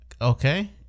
Okay